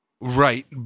Right